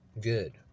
good